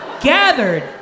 gathered